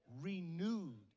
renewed